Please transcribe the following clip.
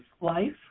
life